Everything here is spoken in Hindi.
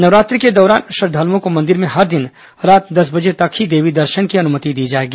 नवरात्रि के दौरान श्रद्वालुओं को मंदिर में हर दिन रात दस बजे तक ही देवी दर्शन की अनुमति दी जाएगी